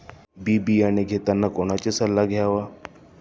बी बियाणे घेताना कोणाचा सल्ला घ्यावा?